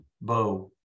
bow